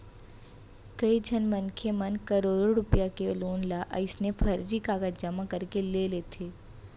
कइझन मनखे मन करोड़ो रूपिया के लोन ल अइसने फरजी कागज जमा करके ले लेथे